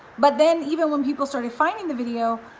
but then even when people started finding the video,